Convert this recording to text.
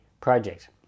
project